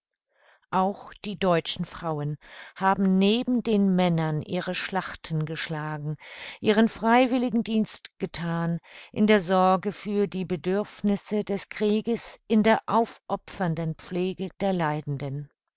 auch die deutschen frauen haben neben den männern ihre schlachten geschlagen ihren freiwilligendienst gethan in der sorge für die bedürfnisse des krieges in der aufopfernden pflege der leidenden